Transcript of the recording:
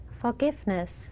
Forgiveness